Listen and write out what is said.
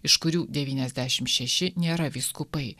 iš kurių devyniasdešimt šeši nėra vyskupai